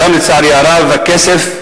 אולם לצערי הרב הכסף,